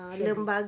train